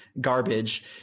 garbage